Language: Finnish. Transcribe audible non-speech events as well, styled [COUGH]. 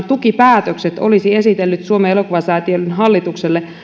[UNINTELLIGIBLE] tukipäätökset olisi esitellyt suomen elokuvasäätiön hallitukselle